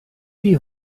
wie